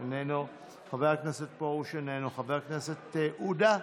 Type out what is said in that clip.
איננו, חבר הכנסת פרוש, איננו, חבר הכנסת עודה,